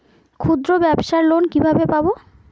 ক্ষুদ্রব্যাবসার লোন কিভাবে পাব?